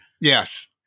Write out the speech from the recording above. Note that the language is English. Yes